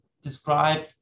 describe